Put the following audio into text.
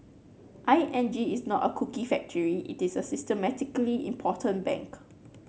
I N G is not a cookie factory it is a systemically important bank